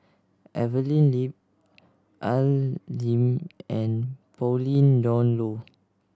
Evelyn Lip Al Lim and Pauline Dawn Loh